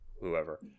whoever